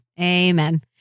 amen